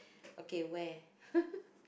okay where